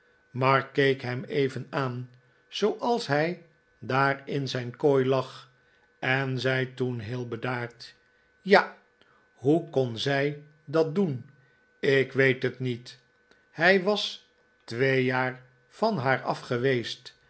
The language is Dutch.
mark keek hem even aan zooals hij daar in zijn kooi lag en zei toen heel bedaard ja hoe kon zij dat doen ik weet het niet hij was twee jaar van haar af geweest